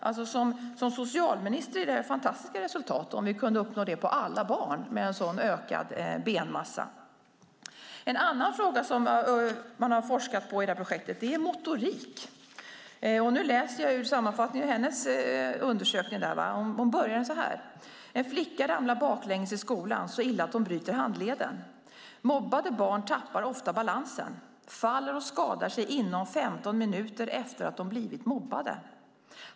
För en socialminister är det fantastiska resultat om vi kunde uppnå det för alla med en sådan ökad benmassa. En annan fråga som man har forskat på i projektet är motorik. Jag läser ur sammanfattningen av hennes undersökning. Det börjar så här: En flicka ramlar baklänges i skolan så illa att hon bryter handleden. Mobbade barn tappar ofta balansen och faller och skadar sig inom 15 minuter efter att de blivit mobbade.